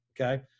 okay